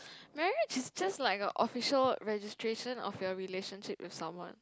marriage is just like a official registration of your relationship with someone